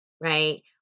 right